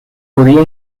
podía